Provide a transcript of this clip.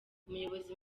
umuyobozi